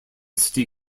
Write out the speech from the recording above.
city